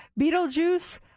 Beetlejuice